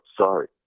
sorry